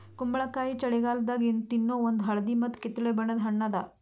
ಕುಂಬಳಕಾಯಿ ಛಳಿಗಾಲದಾಗ ತಿನ್ನೋ ಒಂದ್ ಹಳದಿ ಮತ್ತ್ ಕಿತ್ತಳೆ ಬಣ್ಣದ ಹಣ್ಣ್ ಅದಾ